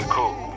cool